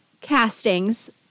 castings